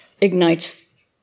ignites